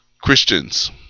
Christians